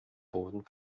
boden